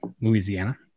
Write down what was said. Louisiana